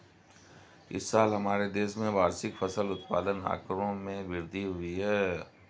इस साल हमारे देश में वार्षिक फसल उत्पादन आंकड़े में वृद्धि हुई है